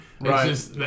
Right